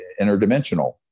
interdimensional